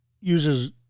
uses